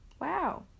Wow